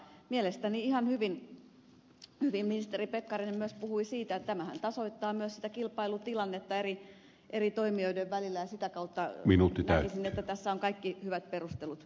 mielestäni ihan hyvin ministeri pekkarinen puhui myös siitä että tämähän tasoittaa myös sitä kilpailutilannetta eri toimijoiden välillä ja sitä kautta näkisin että tässä on kaikki hyvät perustelut